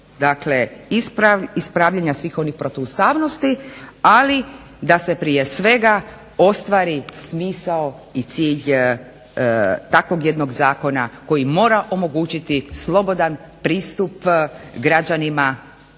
dakle ispravljanja svih oni protuustavnosti, ali da se prije svega ostvari smisao i cilj takvog jednog zakona koji mora omogućiti slobodan pristup građanima